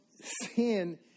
sin